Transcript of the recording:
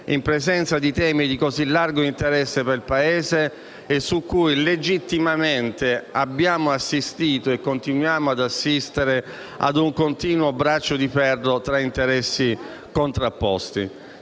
in presenza di temi di così largo interesse per il Paese e su cui legittimamente abbiamo assistito e continuiamo ad assistere a un continuo braccio di ferro tra interessi contrapposti.